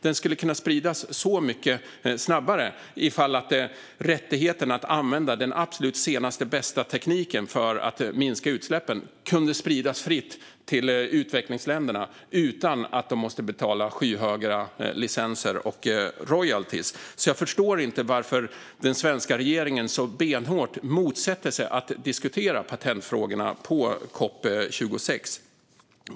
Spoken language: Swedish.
Den skulle kunna spridas så mycket snabbare om rättigheterna att använda den absolut senaste och bästa tekniken för att minska utsläppen kunde spridas fritt till utvecklingsländerna utan att de måste betala skyhöga licenser och royaltyer. Jag förstår inte varför den svenska regeringen så benhårt motsätter sig att diskutera patentfrågorna på COP 26.